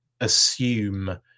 assume